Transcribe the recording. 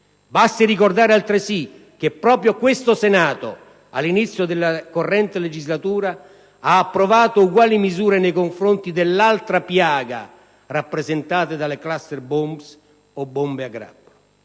Basti ricordare altresì che proprio il Senato, all'inizio della corrente legislatura, ha approvato uguali misure nei confronti dell'altra piaga rappresentata dalle *cluster bombs* o bombe a grappolo.